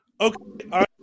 Okay